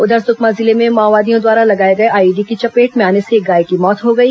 उधर सुकमा जिले में माओवादियों द्वारा लगाए गए आईईडी की चपेट में आने से एक गाय की मौत हो गई